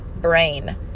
brain